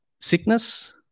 sickness